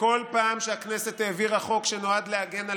וכל פעם שהכנסת העבירה חוק שנועד להגן על